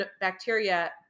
bacteria